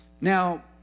now